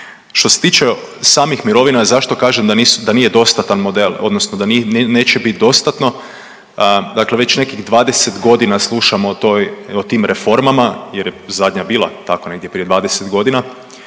Što se tiče samih mirovina zašto kažem da nije dostatan model odnosno da neće biti dostatno, dakle već nekih 20 godina slušamo o tim reformama jer je zadnja bila tako negdje prije 20 godina